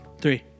three